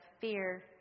Fear